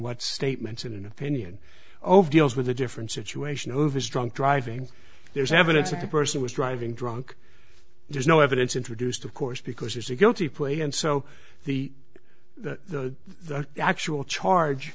what statements in an opinion over deals with a different situation over his drunk driving there's evidence that the person was driving drunk there's no evidence introduced of course because there's a guilty plea and so the the actual charge